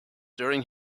during